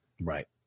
Right